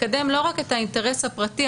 לקדם לא רק את האינטרס הפרטי,